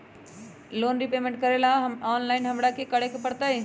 Loan repayment करेला online हमरा की करे के परतई?